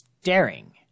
staring